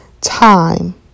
time